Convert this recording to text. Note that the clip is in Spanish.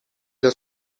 los